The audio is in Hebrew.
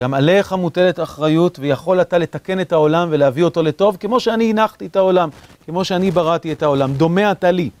גם עליך מוטלת אחריות ויכול אתה לתקן את העולם ולהביא אותו לטוב כמו שאני הנחתי את העולם, כמו שאני בראתי את העולם, דומה אתה לי.